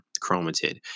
chromatid